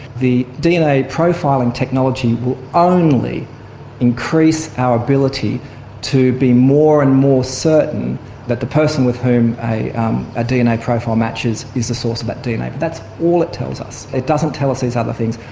the dna profiling technology will only increase our ability to be more and more certain that the person with whom a ah dna profile matches is the source of that dna, that's all it tells us it doesn't tell us these other things,